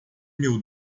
meu